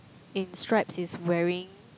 in stripes is wearing